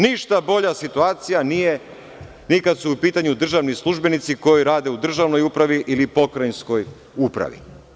Ništa bolja situacija nije ni kada su u pitanju državni službenici koji rade u državnoj upravi ili pokrajinskoj upravi.